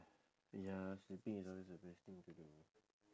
ya sleeping is always the best thing to do